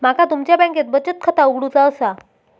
माका तुमच्या बँकेत बचत खाता उघडूचा असा?